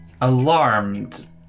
alarmed